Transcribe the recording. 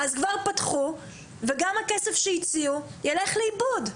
גם הכסף שהציעו ילך לאיבוד.